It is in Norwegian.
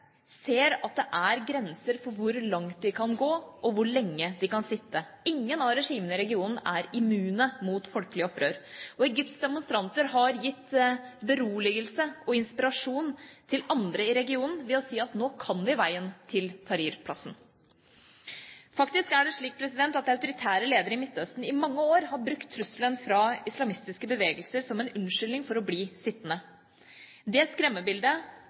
ser at det er grenser for hvor langt de kan gå, og hvor lenge de kan sitte. Ingen av regimene i regionen er immune mot folkelig opprør. Egypts demonstranter har gitt beroligelse og inspirasjon til andre i regionen ved å si at nå kan vi veien til Tahrir-plassen. Faktisk er det slik at autoritære ledere i Midtøsten i mange år har brukt trusselen fra islamistiske bevegelser som en unnskyldning for å bli sittende. Det skremmebildet